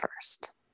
first